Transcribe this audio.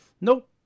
Nope